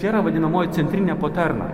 čia yra vadinamoji centrinė poterna